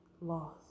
lost